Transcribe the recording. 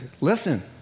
listen